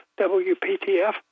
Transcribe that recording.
WPTF